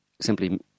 simply